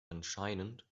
anscheinend